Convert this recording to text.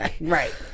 Right